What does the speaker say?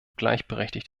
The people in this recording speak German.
gleichberechtigt